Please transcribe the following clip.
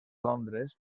londres